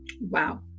wow